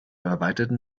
erweiterten